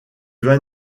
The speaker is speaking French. vas